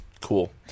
Cool